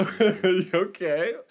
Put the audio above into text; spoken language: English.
Okay